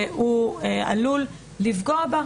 והוא עלול לפגוע בה.